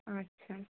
আচ্ছা